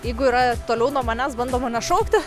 jeigu yra toliau nuo manęs bando mane šaukti